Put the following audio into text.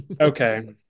Okay